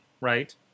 right